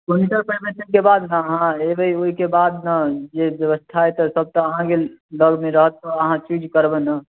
के बाद ने अहाँ एबै ओहिके बाद ने जे व्यवस्था हेतै सभटा अहाँके लगमे रहत अहाँ चूज करबै ने